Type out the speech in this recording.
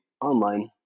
online